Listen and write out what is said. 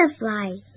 butterflies